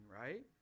right